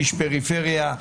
איש פריפריה,